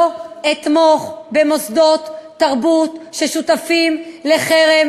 לא אתמוך במוסדות תרבות ששותפים לחרם